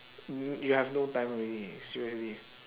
you you have no time already seriously